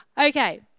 okay